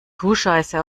kuhscheiße